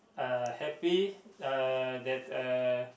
uh happy uh that uh